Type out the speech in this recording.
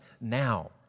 now